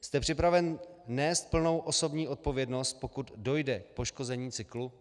Jste připraven nést plnou osobní odpovědnost, pokud dojde k poškození cyklu?